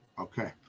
Okay